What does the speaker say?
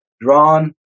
drawn